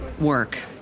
work